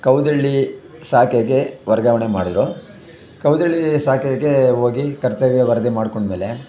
ಕೌದಳ್ಳಿ ಶಾಖೆಗೆ ವರ್ಗಾವಣೆ ಮಾಡಿದ್ರು ಕೌದಳ್ಳಿ ಶಾಖೆಗೆ ಹೋಗಿ ಕರ್ತವ್ಯ ವರದಿ ಮಾಡಿಕೊಂಡ್ಮೇಲೆ